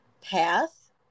path